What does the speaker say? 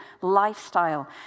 lifestyle